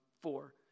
four